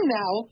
now